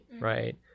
right